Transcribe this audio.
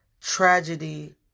tragedy